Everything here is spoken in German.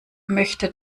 möchte